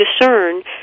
discern